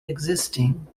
existing